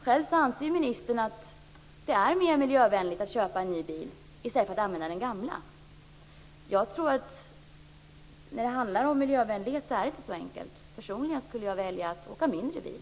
Själv anser han ju att det är mer miljövänligt att köpa en ny bil än att använda den gamla. När det handlar om miljövänlighet tror jag inte att det är så enkelt. Personligen skulle jag välja att åka mindre bil.